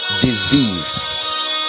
disease